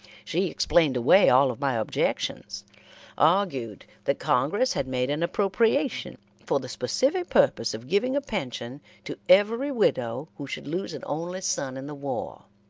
she explained away all of my objections argued that congress had made an appropriation for the specific purpose of giving a pension to every widow who should lose an only son in the war,